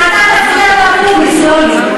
אתה תפריע לאקוניס, לא לי.